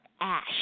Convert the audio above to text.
ash